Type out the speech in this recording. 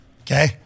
Okay